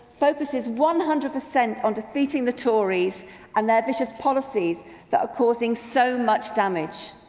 focuses one hundred percent on defeating the tories and their vicious policies that are causing so much damage.